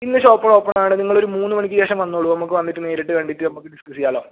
ഇന്ന് ഷോപ്പുകൾ ഓപ്പൺ ആണ് നിങ്ങളൊരു മൂന്ന് മണിക്ക് ശേഷം വന്നോളൂ നമുക്ക് വന്നിട്ട് നേരിട്ട് കണ്ടിട്ട് നമുക്ക് ഡിസ്കസ് ചെയ്യാമല്ലോ